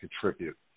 contribute